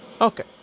Okay